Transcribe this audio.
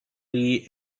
lee